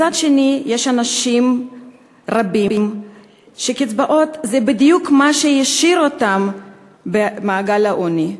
מצד שני יש אנשים רבים שקצבאות הן בדיוק מה שהשאיר אותם במעגל העוני.